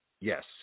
yes